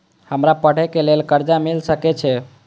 हमरा पढ़े के लेल कर्जा मिल सके छे?